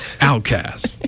Outcast